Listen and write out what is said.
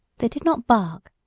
they did not bark,